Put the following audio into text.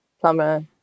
plumber